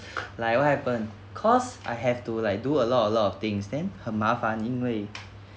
like what happened cause I have to like do a lot a lot of things then 很麻烦因为